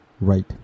right